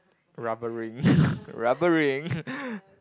rubber ring rubber ring